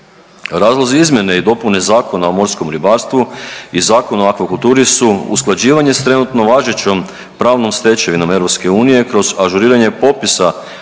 Razlozi izmjene i dopune Zakona o morskom ribarstvu i Zakona o akvakulturi su usklađivanje s trenutno važećom pravnom stečevinom EU kroz ažuriranje popisa